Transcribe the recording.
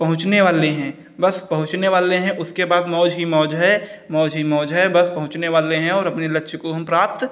पहुँचने वाले हैं बस पहुँचने वाले हैं उसके बाद मौज ही मौज है मौज ही मौज हैं बस पहुँचने वाले हैं और अपने लक्ष्य को हम प्राप्त